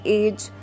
age